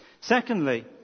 Secondly